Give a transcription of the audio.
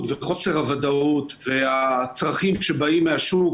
וחוסר הוודאות והצרכים שבאים מהשוק,